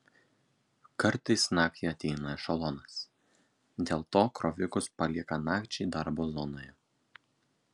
kartais naktį ateina ešelonas dėl to krovikus palieka nakčiai darbo zonoje